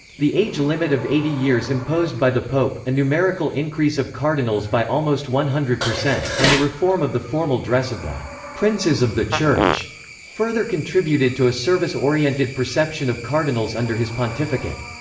the age limit of eighty years imposed by the pope, a numerical increase of cardinals by almost one hundred, and a reform of the formal dress of the princes of the church further contributed to a service-oriented perception of cardinals under his pontificate.